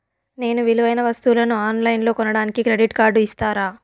నేను విలువైన వస్తువులను ఆన్ లైన్లో కొనడానికి క్రెడిట్ కార్డు ఇస్తారా?